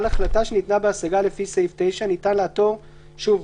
החלטה שניתנה בהשגה לפי סעיף 9 ניתן לעתור -- שוב,